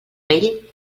vell